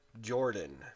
Jordan